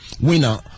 winner